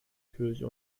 kirche